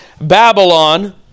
Babylon